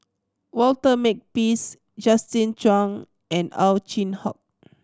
Walter Makepeace Justin Zhuang and Ow Chin Hock